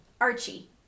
Archie